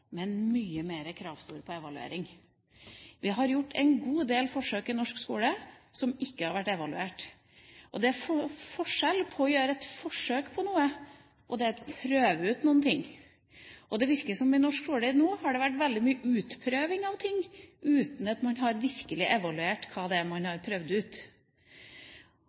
men mye mer kravstor på evaluering. Vi har gjort en god del forsøk i norsk skole som ikke har vært evaluert. Det er forskjell på å gjøre et forsøk på noe og å prøve ut noe. Det virker som det i norsk skole nå har vært veldig mye utprøving av ting, uten at man virkelig har evaluert hva det er man har prøvd ut.